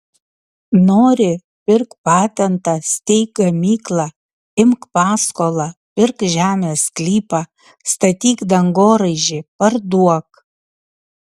nori pirk patentą steik gamyklą imk paskolą pirk žemės sklypą statyk dangoraižį parduok